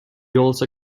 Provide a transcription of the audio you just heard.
also